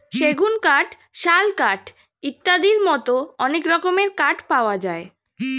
সেগুন কাঠ, শাল কাঠ ইত্যাদির মতো অনেক রকমের কাঠ পাওয়া যায়